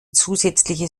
zusätzliche